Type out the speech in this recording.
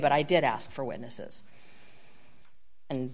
but i did ask for witnesses and